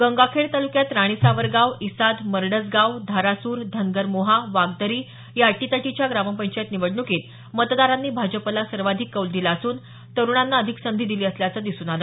गंगाखेड तालुक्यात राणी सावरगांव इसाद मरडसगांव धारासुर धनगर मोहा वागदरी या अटीतटीच्या ग्रामपंचायत निवडणुकीत मतदारांनी भाजपाला सर्वाधिक कौल दिला असून तरुणांना अधिक संधी दिली असल्याचं दिसून आलं